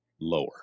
lower